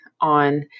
on